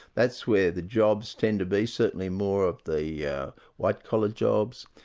that's where the jobs tend to be, certainly more of the yeah white-collar jobs,